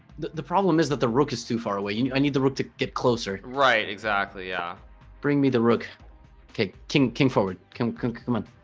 the the problem is that the rook is too far away you i need the rook to get closer right exactly yeah bring me the rook okay king king forward come come and